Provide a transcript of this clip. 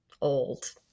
old